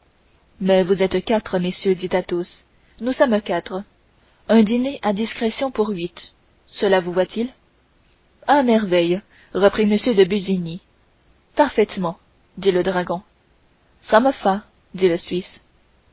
mais vous êtes quatre messieurs dit athos nous sommes quatre un dîner à discrétion pour huit cela vous va-t-il à merveille reprit m de busigny parfaitement dit le dragon ça me fa dit le suisse